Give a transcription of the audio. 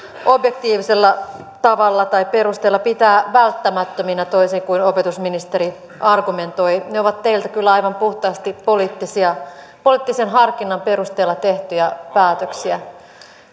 objektiivisella tavalla tai perusteilla pitää välttämättöminä toisin kuin opetusministeri argumentoi ne ovat teiltä kyllä aivan puhtaasti poliittisen harkinnan perusteella tehtyjä päätöksiä